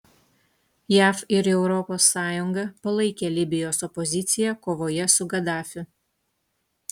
jav ir europos sąjunga palaikė libijos opoziciją kovoje su gadafiu